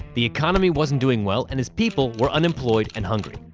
the economy wasn't doing well and his people were unemployed and hungry.